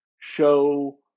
show